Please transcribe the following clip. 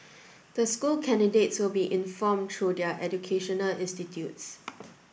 the school candidates will be informed through their educational institutes